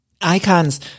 Icon's